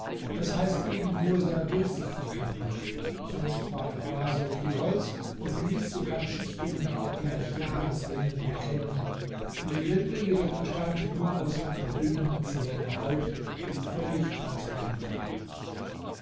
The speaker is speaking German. das heißt eben nur seiner durchsichtigkeit nach sonst war er faserig wie holz und ließ sogar schichtungen gleich jahresringen erkennen die rinde jedoch bestand nur aus einer dünnen zähen haut die völlig transparent war